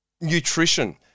Nutrition